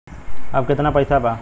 अब कितना पैसा बा?